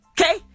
Okay